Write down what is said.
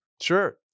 Sure